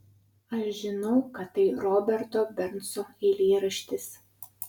aš žinau kad tai roberto bernso eilėraštis